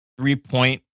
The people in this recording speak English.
three-point